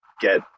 get